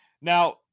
Now